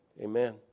Amen